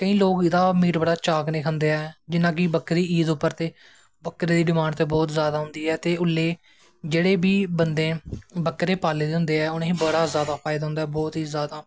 केंई लोग एह्दा मीट बड़ा चाऽ कन्नैं खंदे ऐं जियां कि बकरी ईद उप्पर बकरे दे डमांड़ ते बौह्त जादा होंदी ऐ ते उसलै जिनें बी बंदे बकरे पालले दे होंदे ऐं उनेंगी बौह्त जागदा फायदा होंदा ऐ बौह्त ही जादा